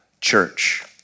church